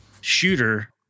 shooter